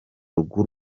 rw’u